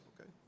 Okay